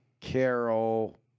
Carol